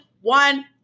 one